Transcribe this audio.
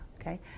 okay